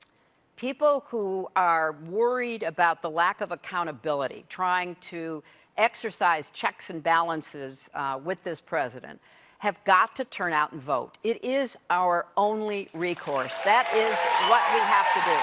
people who are worried about the lack of accountability, trying to exercise checks and balances with this president have got to turn out and vote. it is our only recourse. that is what we